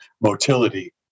motility